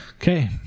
Okay